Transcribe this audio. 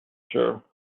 sure